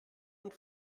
und